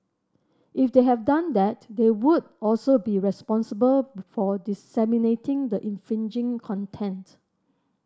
if they have done that they would also be responsible for disseminating the infringing content